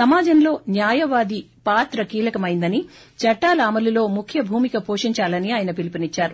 సమాజంలో న్యాయవాది పాత్ర కీలకమైందని చట్టాల అమలులో ముఖ్యభూమిక పోషించాలని ఆయన పిలుపునిచ్చారు